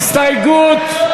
הסתייגות,